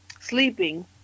sleeping